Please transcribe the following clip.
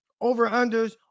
over-unders